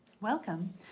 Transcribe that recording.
Welcome